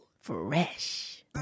Fresh